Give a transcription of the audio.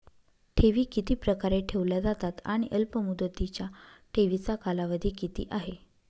ठेवी किती प्रकारे ठेवल्या जातात आणि अल्पमुदतीच्या ठेवीचा कालावधी किती आहे?